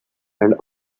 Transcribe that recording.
and